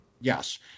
yes